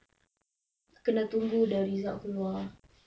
kena tunggu the results keluar